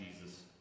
Jesus